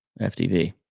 FTV